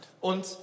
Und